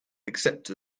except